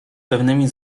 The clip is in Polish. pewnymi